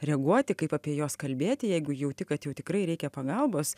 reaguoti kaip apie juos kalbėti jeigu jauti kad jau tikrai reikia pagalbos